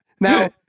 Now